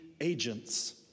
agents